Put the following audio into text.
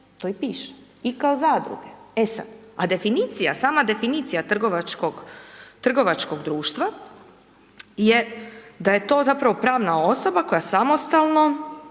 To i piše. I kao zadruge. E sad, a definicija, sama definicija trgovačkog društva je da je to zapravo pravna osoba koja samostalno